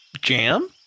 jam